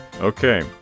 okay